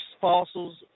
fossils